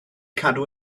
cadw